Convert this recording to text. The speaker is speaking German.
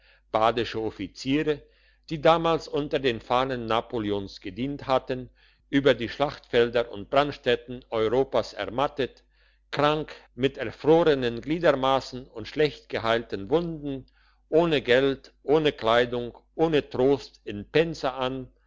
badische offiziere die damals unter den fahnen napoleons gedient hatten über die schlachtfelder und brandstätten von europa ermattet krank mit erfrorenen gliedmassen und schlecht geheilten wunden ohne geld ohne kleidung ohne trost in pensa an